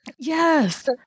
Yes